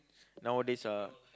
nowadays ah